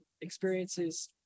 experiences